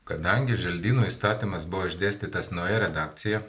kadangi želdynų įstatymas buvo išdėstytas nauja redakcija